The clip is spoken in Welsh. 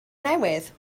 newydd